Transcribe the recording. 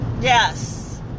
Yes